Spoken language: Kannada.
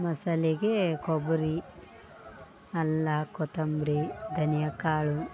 ಮಸಾಲೆಗೆ ಕೊಬ್ಬರಿ ಅಲ್ಲ ಕೊತ್ತಂಬ್ರಿ ಧನಿಯ ಕಾಳು